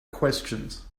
questions